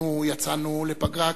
אנחנו יצאנו לפגרה,